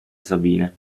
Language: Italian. sabine